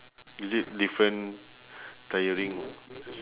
is it different tiring